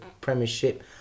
Premiership